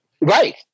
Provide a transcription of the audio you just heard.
Right